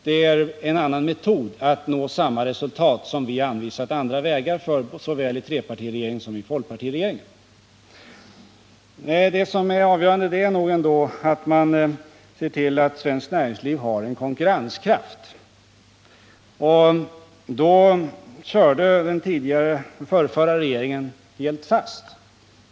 Det är en annan metod att nå samma resultat som vi anvisat andra vägar för såväl i trepartiregeringen som i folkpartiregeringen. Det avgörande är nog ändå att man ser till att svenskt näringsliv har konkurrenskraft. Där körde den förrförra regeringen helt fast.